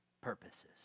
purposes